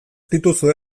dituzue